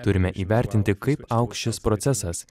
turime įvertinti kaip augs šis procesas